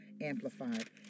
Amplified